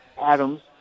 Adams